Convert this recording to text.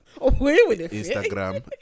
Instagram